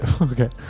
okay